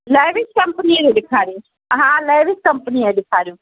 lavish कंपनीअ जी ॾेखारियो हा लैविस कंपनीअ जी ॾेखारियो